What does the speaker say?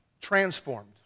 transformed